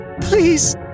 Please